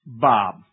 Bob